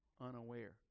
unaware